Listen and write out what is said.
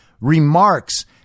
remarks